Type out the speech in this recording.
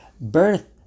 birth